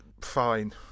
fine